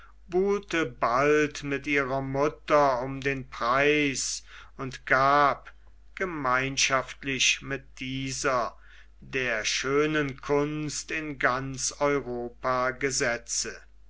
buhlte bald mit ihrer mutter um den preis und gab gemeinschaftlich mit dieser der schönen kunst in ganz europa gesetze